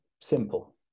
Simple